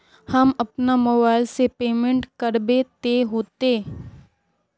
हम अपना मोबाईल से पेमेंट करबे ते होते?